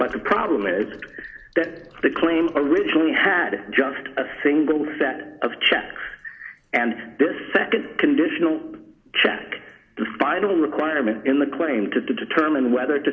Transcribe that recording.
but the problem is that the claim originally had just a single set of checks and this nd conditional check the final requirement in the quaintest to determine whether to